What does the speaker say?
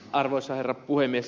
arvoisa herra puhemies